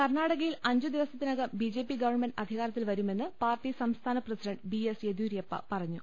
കർണാടകയിൽ അഞ്ചു ദിവസത്തിനകം ബിജെപി ഗവൺമെന്റ് അധികാരത്തിൽ വരുമെന്ന് പാർട്ടി സംസ്ഥാന president B S Yediyurappa പറഞ്ഞു